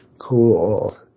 Cool